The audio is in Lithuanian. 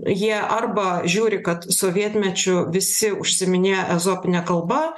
jie arba žiūri kad sovietmečiu visi užsiiminėja ezopine kalba